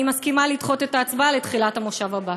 אני מסכימה לדחות את ההצבעה לתחילת המושב הבא.